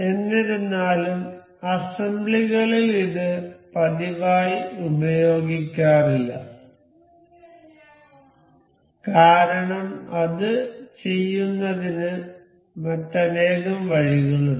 എന്നിരുന്നാലും അസംബ്ലികളിൽ ഇത് പതിവായി ഉപയോഗിക്കാറില്ല കാരണം അത് ചെയ്യുന്നതിന് മറ്റനേകം വഴികളുണ്ട്